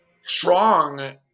strong